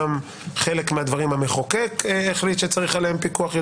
גם חלק מהדברים המחוקק החליט שצריך עליהם יותר פיקוח,